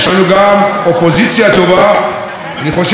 אני חושב שאחת האופוזיציות הטובות שראינו בשנים האחרונות.